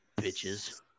bitches